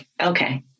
okay